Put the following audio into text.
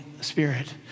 Spirit